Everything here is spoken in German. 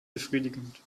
befriedigend